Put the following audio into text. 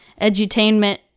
edutainment